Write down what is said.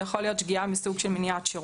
יכולה להיות שגיאה מסוג של מניעת שירות.